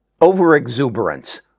Overexuberance